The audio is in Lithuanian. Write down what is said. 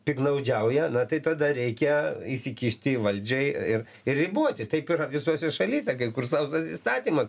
piktnaudžiauja na tai tada reikia įsikišti valdžiai ir ir riboti taip yra visose šalyse kur sausas įstatymas